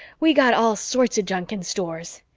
we got all sorts of junk in stores.